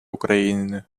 україни